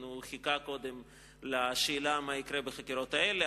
הוא חיכה קודם לשאלה מה יקרה בחקירות האלה,